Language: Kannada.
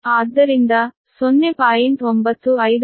ಆದ್ದರಿಂದ 0